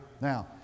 Now